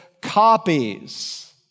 copies